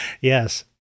yes